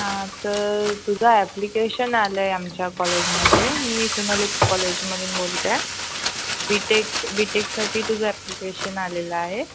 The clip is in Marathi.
हां तर तुझं ॲप्लिकेशन आलं आहे आमच्या कॉलेजमध्ये मी फिनोलेक्स कॉलेजमधून बोलते आहे बी टेक बी टेकसाठी तुझं ॲप्लिकेशन आलेलं आहे